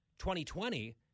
2020